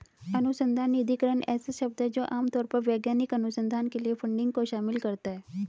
अनुसंधान निधिकरण ऐसा शब्द है जो आम तौर पर वैज्ञानिक अनुसंधान के लिए फंडिंग को शामिल करता है